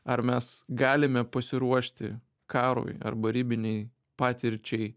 ar mes galime pasiruošti karui arba ribinei patirčiai